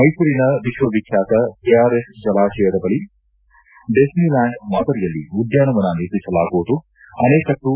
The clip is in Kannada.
ಮೈಸೂರಿನ ವಿಶ್ವ ವಿಖ್ಯಾತ ಕೆಆರ್ಎಸ್ ಜಲಾಶಯದ ಬಳಿ ಡಿಸ್ನಿ ಲ್ಯಾಂಡ್ ಮಾದರಿಯಲ್ಲಿ ಉದ್ಯಾನವನ ನಿರ್ಮಿಸಲಾಗುವುದು ಅಣ್ಣಕಟ್ಟು